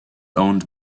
owned